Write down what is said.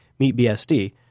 MeetBSD